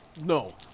no